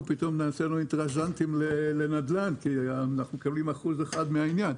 אנחנו פתאום נהיינו אינטרסנטיים לנדל"ן כי אנחנו מקבלים 1% מן העניין.